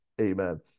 Amen